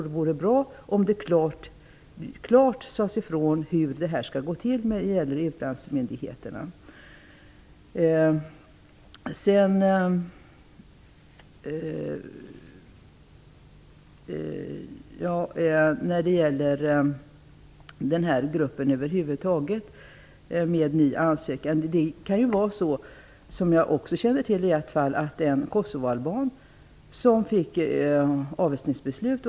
Det vore bra om det klart framgick hur detta skall gå till när det gäller utlandsmyndigheterna. Jag känner till en kosovoalban som fick ett avvisningsbeslut.